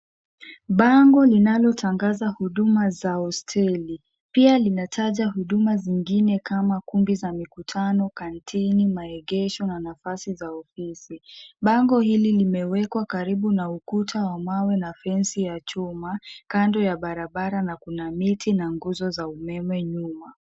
Bango linalotangaza huduma za hosteli. Pia linataja huduma zingine kama kumbi za mikutano, canteen ,maegesho na nafasi za ofisi. Bango hili limewekwa karibu na ukuta wa mawe na fence ya chuma kando ya barabara na kuna miti na nguzo za umeme nyuma.